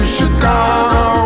Chicago